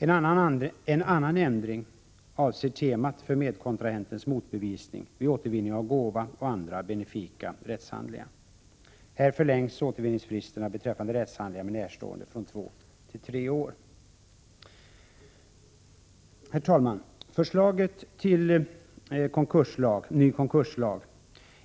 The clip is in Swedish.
En annan ändring avser temat för medkontrahentens motbevisning vid återvinning av gåvor och andra benefika rättshandlingar. Här förlängs återvinningsfristerna beträffande rättshandlingar med närstående från två till tre år. Herr talman! Förslaget till ny konkurslag